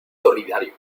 solidario